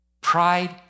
Pride